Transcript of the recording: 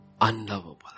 unlovable